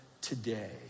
today